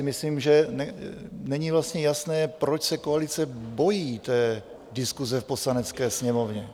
Myslím si, že není vlastně jasné, proč se koalice bojí té diskuse v Poslanecké sněmovně.